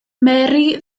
mary